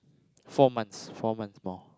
four months four months more